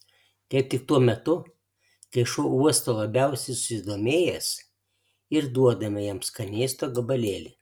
kaip tik tuo metu kai šuo uosto labiausiai susidomėjęs ir duodame jam skanėsto gabalėlį